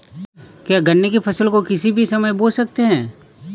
क्या गन्ने की फसल को किसी भी समय बो सकते हैं?